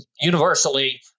universally